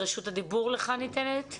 רשות הדיבור לך ניתנת.